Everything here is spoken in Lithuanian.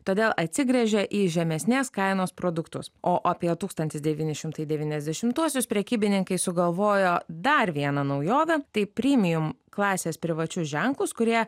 todėl atsigręžė į žemesnės kainos produktus o apie tūkstantis devyni šimtai devyniasdešimtuosius prekybininkai sugalvojo dar vieną naujovę tai priėmėme klasės privačius ženklus kurie